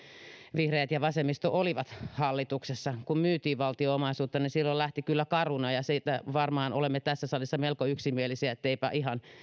vihreät ja vasemmisto olivat hallituksessa ja kun myytiin valtion omaisuutta niin silloin lähti caruna siitä varmaan olemme tässä salissa melko yksimielisiä että eipä ihan